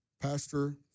pastor